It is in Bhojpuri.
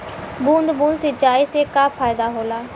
बूंद बूंद सिंचाई से का फायदा होला?